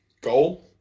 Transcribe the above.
goal